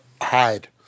hide